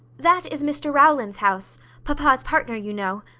that is mr rowland's house papa's partner, you know.